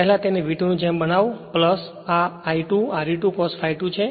પહેલા તેને આ V2 ની જેમ બનાવો આ I2 R e 2 cos ∅ 2 છે